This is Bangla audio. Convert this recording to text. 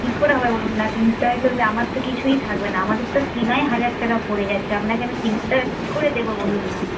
কি করে হবে বলুন না তিনশো টাকা কিলো তাহলে আমার তো কিছুই থাকবে না আমাদের তো কেনাই হাজার টাকা পড়ে যাচ্ছে আপনাকে আমি তিনশো টাকায় কি করে দেব বলুন না